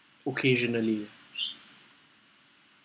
occasionally